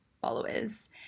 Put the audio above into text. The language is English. followers